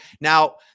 Now